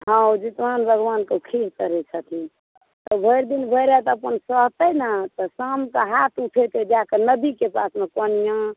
हॅं ओ जितवाहन भगवानके खीर चढ़ै छथिन तऽ भरि दिन भरि राति अपन सहतै नऽ तऽ शामकऽ हाथ उठेतै जाकऽ नदीके कातमे कोनिया